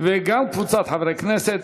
וקבוצת חברי הכנסת.